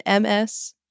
MS